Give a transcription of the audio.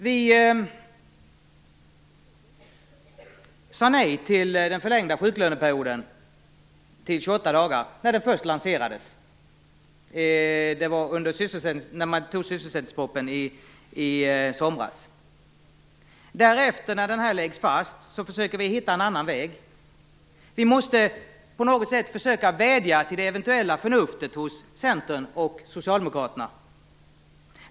Vi sade nej till den förlängda sjuklöneperioden om 28 dagar när den först lanserades. Det var i samband med att man antog sysselsättningspropostionen i somras. Därefter försökte vi att hitta en annan väg. Vi måste på något sätt försöka att vädja till det eventuella förnuftet hos Centern och Socialdemokraterna.